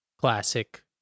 classic